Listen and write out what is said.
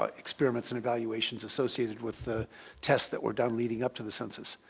ah experiments and evaluations associated with the tests that were done leading up to the census.